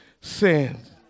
sins